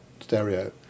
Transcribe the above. stereo